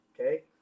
okay